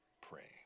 praying